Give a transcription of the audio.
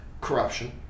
corruption